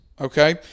Okay